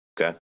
Okay